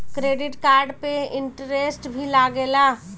Credit card पे interest भी लागेला?